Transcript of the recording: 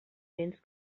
béns